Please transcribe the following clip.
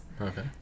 Okay